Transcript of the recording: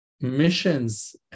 missions